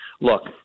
look